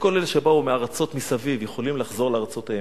וכל אלה שבאו מארצות מסביב יכולים לחזור לארצותיהם.